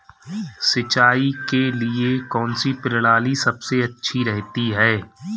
सिंचाई के लिए कौनसी प्रणाली सबसे अच्छी रहती है?